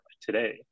today